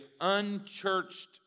unchurched